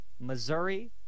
missouri